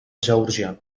georgià